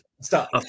stop